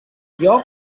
lloc